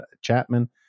Chapman